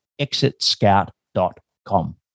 ExitScout.com